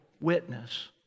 witness